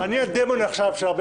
הישיבה ננעלה בשעה